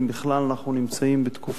בכלל, אנחנו נמצאים בתקופה,